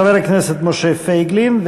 חבר הכנסת משה פייגלין,